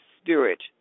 spirit